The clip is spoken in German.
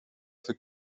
für